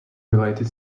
related